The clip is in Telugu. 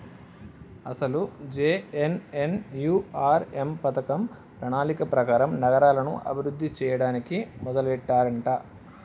అసలు జె.ఎన్.ఎన్.యు.ఆర్.ఎం పథకం ప్రణాళిక ప్రకారం నగరాలను అభివృద్ధి చేయడానికి మొదలెట్టారంట